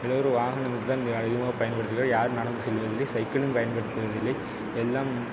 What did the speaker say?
எல்லோரும் வாகனத்தில் தான் இங்கே அதிகமாக பயன்படுத்துகிறார்கள் யாரும் நடந்து செல்வதில்லை சைக்கிளும் பயன்படுத்துவதில்லை எல்லாம்